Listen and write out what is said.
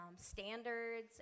standards